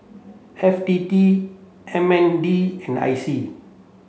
F T T M N D and I C